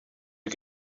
you